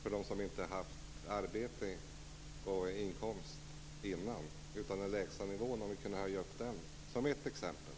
För dem som inte haft arbete och inkomst förut hade vi kunnat höja lägstanivån. Det är ett exempel.